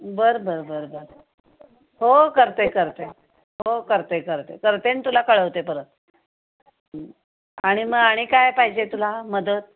बर बर बर बर हो करते करते हो करते करते करते न तुला कळवते परत आणि मग आणि काय पाहिजे तुला मदत